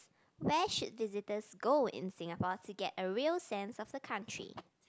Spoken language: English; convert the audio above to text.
where should visitors go in Singapore to get a real sense of the country